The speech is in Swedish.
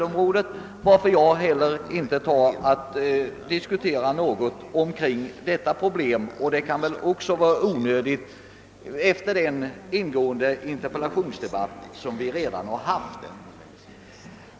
Av den anledningen och efter den ingående interpellationsdebatt som vi redan har haft skall jag inte diskutera den frågan.